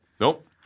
Nope